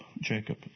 Jacob